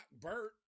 Bert